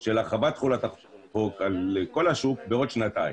של הרחבת תחולת החוק לכל השוק בעוד שנתיים.